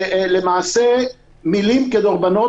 למעשה מילים כדורבנות.